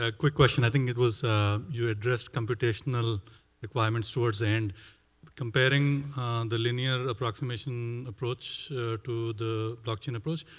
ah quick question. i think it was you addressed computational like deployments, um and sort of and comparing the linear approximation approach to the blockchain approach,